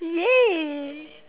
ya